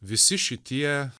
visi šitie